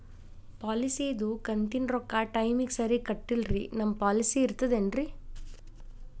ಪಾಲಿಸಿದು ಕಂತಿನ ರೊಕ್ಕ ಟೈಮಿಗ್ ಸರಿಗೆ ಕಟ್ಟಿಲ್ರಿ ನಮ್ ಪಾಲಿಸಿ ಇರ್ತದ ಏನ್ರಿ?